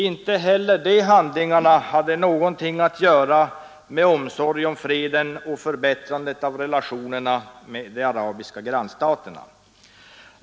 Inte heller de handlingarna hade någonting att göra med omsorg om freden och förbättrande av relationerna med de arabiska grannstaterna.